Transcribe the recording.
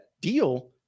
deal